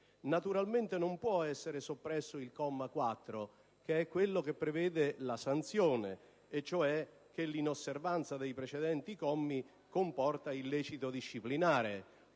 Naturalmente non può essere soppresso il comma 4, che è quello che prevede la sanzione («L'inosservanza dei commi 1 e 2 comporta illecito disciplinare»),